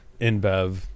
InBev